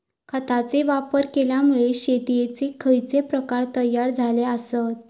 खतांचे वापर केल्यामुळे शेतीयेचे खैचे प्रकार तयार झाले आसत?